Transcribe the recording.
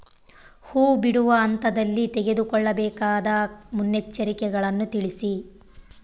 ಹೂ ಬಿಡುವ ಹಂತದಲ್ಲಿ ತೆಗೆದುಕೊಳ್ಳಬೇಕಾದ ಮುನ್ನೆಚ್ಚರಿಕೆಗಳನ್ನು ತಿಳಿಸಿ?